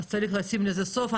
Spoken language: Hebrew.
אז צריך לשים לזה סוף.